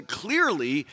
clearly